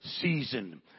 season